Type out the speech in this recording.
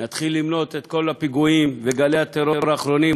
אם נתחיל למנות את כל הפיגועים וגלי הטרור האחרונים,